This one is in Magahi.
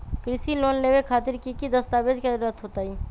कृषि लोन लेबे खातिर की की दस्तावेज के जरूरत होतई?